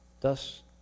Thus